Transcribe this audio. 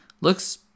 looks